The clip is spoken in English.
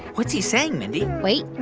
what's he saying, mindy? wait,